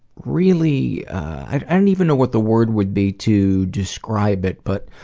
really i don't even know what the word would be to describe it, but